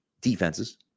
defenses